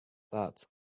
that